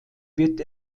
wird